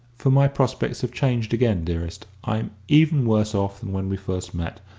for my prospects have changed again, dearest. i'm even worse off than when we first met,